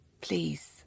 please